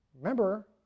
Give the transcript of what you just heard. Remember